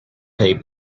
pay